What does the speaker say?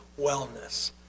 wellness